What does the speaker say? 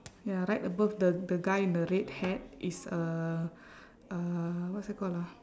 ya right above the the guy in the red hat is a uh what's that called ah